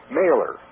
mailer